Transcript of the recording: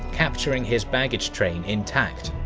capturing his baggage train intact.